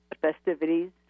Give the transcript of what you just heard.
Festivities